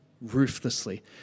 ruthlessly